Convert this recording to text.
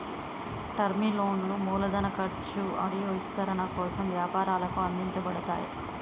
term లోన్లు మూలధన ఖర్చు మరియు విస్తరణ కోసం వ్యాపారాలకు అందించబడతయ్